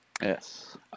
yes